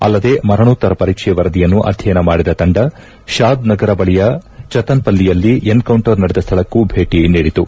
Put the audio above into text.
ಅಲ್ಲದೆ ಮರಣೋತ್ತರ ಪರೀಕ್ಷೆ ವರದಿಯನ್ನು ಅಧ್ಲಯನ ಮಾಡಿದ ತಂಡ ಶಾದ್ ನಗರ ಬಳಿಯ ಚತನ್ಪಲ್ಲಿಯಲ್ಲಿ ಎನ್ ಕೌಂಟರ್ ನಡೆದ ಸ್ನಳಕ್ಕೂ ಭೇಟಿ ನೀಡಿತು